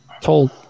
told